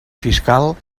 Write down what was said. fiscal